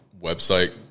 website